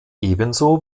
ebenso